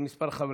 מס' 2637,